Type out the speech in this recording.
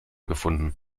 gefunden